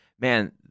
man